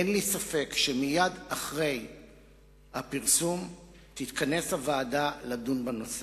אין לי ספק שמייד אחרי הפרסום תתכנס הוועדה לדון בנושא.